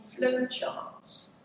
flowcharts